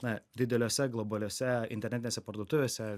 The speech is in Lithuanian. na dideliose globaliose internetinėse parduotuvėse